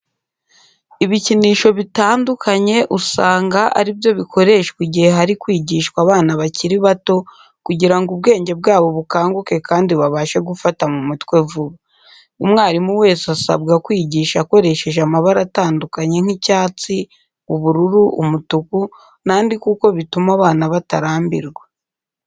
Ibikinisho bitandukanye usanga ari byo bikoreshwa igihe hari kwigishwa abana bakiri bato kugira ngo ubwenge bwabo bukanguke kandi babashe gufata mu mutwe vuba. Umwarimu wese asabya kwigisha akoreshejeje amabara atandukanye nk'icyatsi, ubururu, umutuku n'andi kuko bitumwa abana batarambirwa.